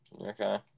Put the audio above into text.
Okay